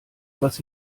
was